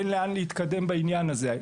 אין לאן להתקדם בעניין הזה.